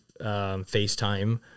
FaceTime